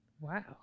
Wow